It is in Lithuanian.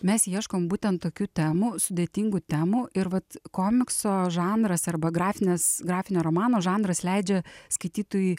mes ieškom būtent tokių temų sudėtingų temų ir vat komikso žanras arba grafinės grafinio romano žanras leidžia skaitytojui